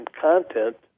content